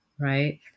right